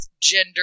gender